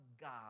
God